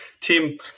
Tim